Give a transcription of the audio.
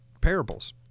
parables